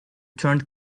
turned